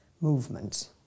movement